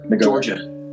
Georgia